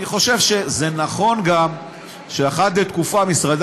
אני גם חושב שזה נכון שאחת לתקופה משרדי